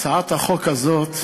הצעת החוק הזאת,